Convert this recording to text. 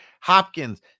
Hopkins